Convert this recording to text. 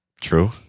True